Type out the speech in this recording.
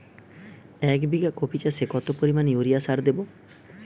এক বিঘা কপি চাষে কত পরিমাণ ইউরিয়া সার দেবো?